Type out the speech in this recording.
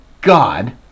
god